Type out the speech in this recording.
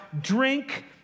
drink